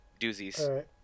doozies